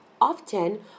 Often